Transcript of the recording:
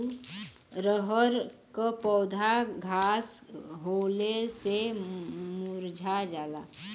रहर क पौधा घास होले से मूरझा जाला